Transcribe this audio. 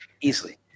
easily